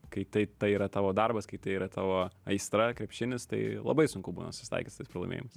kai tai tai yra tavo darbas kai tai yra tavo aistra krepšinis tai labai sunku būna susitaikyt su tais pralaimėjimais